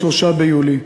3 ביולי,